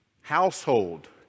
household